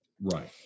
Right